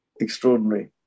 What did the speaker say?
extraordinary